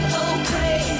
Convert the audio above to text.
okay